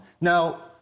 Now